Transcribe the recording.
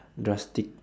drastic